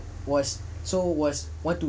was so was want to